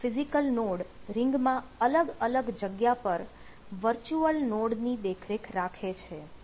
દરેક physical node રિંગમાં અલગ અલગ જગ્યા પર વર્ચ્યુઅલ નોડની દેખરેખ રાખે છે